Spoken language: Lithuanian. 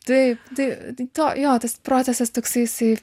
taip tai tai to jo tas procesas toksai jisai